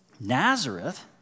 Nazareth